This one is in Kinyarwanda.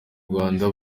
rwanda